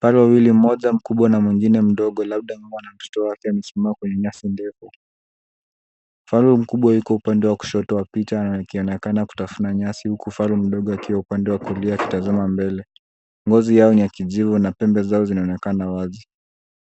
Faru wawili; mmoja mkubwa na mwingine mdogo labda mama na mtoto wake wamesimama kwenye nyasi ndefu. Faru mkubwa yuko upande wa kushoto wa picha na akionekana kutafuna nyasi huku faru mdogo akiwa upande wa kulia akitazama mbele. Ngozi yao ni ya kijivu na pembe zao zinaonekana wazi.